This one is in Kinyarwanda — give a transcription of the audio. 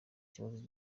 kibazo